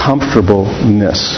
Comfortableness